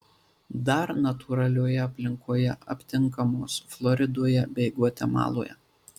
dar natūralioje aplinkoje aptinkamos floridoje bei gvatemaloje